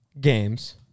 games